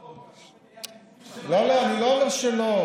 בחוק, לא, לא,